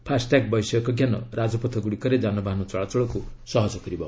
FASTag ବୈଷୟିକଜ୍ଞାନ ରାଜପଥ ଗୁଡ଼ିକରେ ଯାନବାହନ ଚଳାଚଳକୁ ସହଜ କରିବ